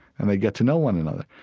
and they get to know one another.